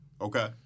Okay